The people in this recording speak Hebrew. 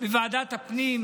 בוועדת הפנים,